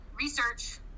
research